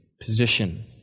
position